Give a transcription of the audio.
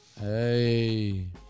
Hey